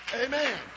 Amen